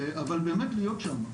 אבל באמת להיות שם,